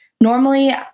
Normally